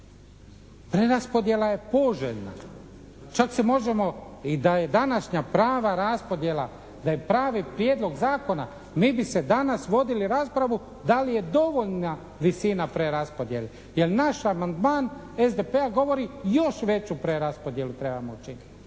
Preraspodjela je poželjna. Čak se možemo i da je današnja prava raspodjela, da je pravi prijedlog zakona mi bi danas vodili raspravu da li je dovoljna visina preraspodjele jer naš amandman SPD-a govori još veću preraspodjelu trebamo učiniti,